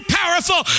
powerful